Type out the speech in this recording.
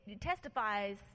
testifies